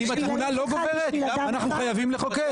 אם התבונה לא גוברת, אנחנו חייבים לחוקק.